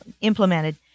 implemented